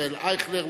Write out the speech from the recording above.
ישראל אייכלר,